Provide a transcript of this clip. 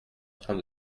train